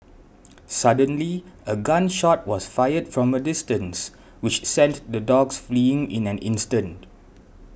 suddenly a gun shot was fired from a distance which sent the dogs fleeing in an instant